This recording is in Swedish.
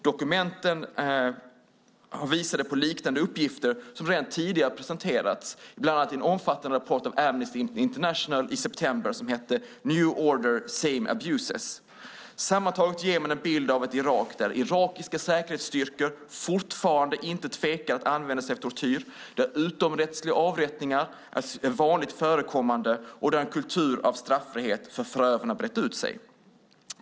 Dokumenten visade på liknande uppgifter som redan tidigare presenterats, bland annat i en omfattande rapport av Amnesty International i september som hette New Order, same abuses . Sammantaget ger man en bild av ett Irak där irakiska säkerhetsstyrkor fortfarande inte tvekar att använda sig av tortyr, där utomrättsliga avrättningar är vanligt förekommande och där en kultur av straffrihet för förövaren har brett ut sig.